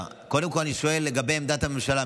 קודם כול אני שואל לגבי עמדת הממשלה,